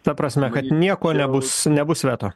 ta prasme kad nieko nebus nebus veto